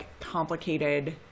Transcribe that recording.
complicated